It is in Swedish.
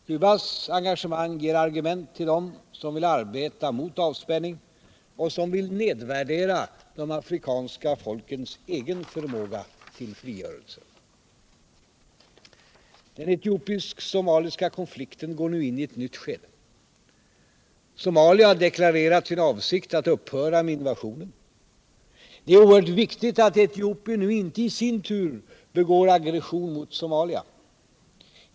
Cubas engagemang ger argument till dem som vill arbeta mot avspänning och som vill nedvärdera de afrikanska folkens egen förmåga till frigörelse. Den etiopisk-somaliska konflikten går nu in i ett nytt skede. Somalia har deklarerat sin avsikt att upphöra med invasionen. Det är oerhört viktigt att Etiopien nu inte i sin tur begår aggression mot Somalia.